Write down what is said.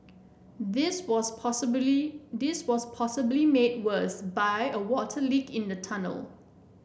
this was possibly this was possibly made worse by a water leak in the tunnel